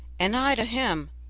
and i to him,